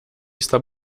está